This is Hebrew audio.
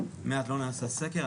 מאז לא נעשה סקר.